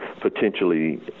potentially